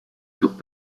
furent